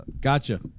Gotcha